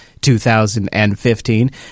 2015